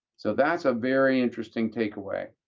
so that's a very interesting takeaway,